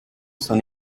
son